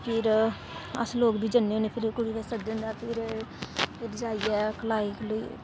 ते अस लोक बी जन्ने होन्ने फिर कुड़ी आहले जन्ने दे फिह् जाइयै खलाइयै पिलाइयै